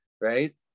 right